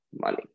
money